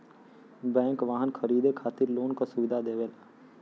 bank वाहन खरीदे खातिर लोन क सुविधा देवला